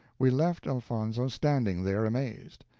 we left elfonzo standing there amazed.